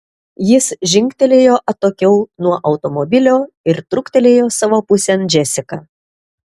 jis žingtelėjo atokiau nuo automobilio ir truktelėjo savo pusėn džesiką